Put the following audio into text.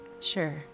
Sure